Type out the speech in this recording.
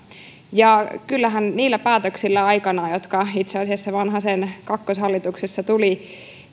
kyllähän niillä päätöksillä aikanaan jotka itse asiassa vanhasen kakkoshallituksessa tulivat